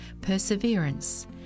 perseverance